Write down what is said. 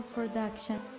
Production